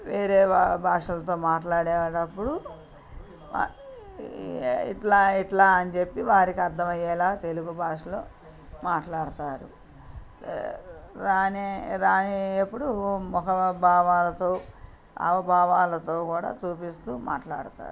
వేరేవా భాషలతో మాట్లాడేటప్పుడు ఇట్లా ఇట్లా అని చెప్పి వారికి అర్థమయ్యేలా తెలుగు భాషలో మాట్లాడతారు రాని అప్పుడు మొహ భావాలతో హావ భావాలతో కూడా చూపిస్తూ మాట్లాడతారు